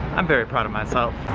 i'm very proud of myself.